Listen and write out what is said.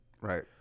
Right